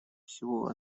всего